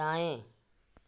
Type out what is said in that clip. दाएँ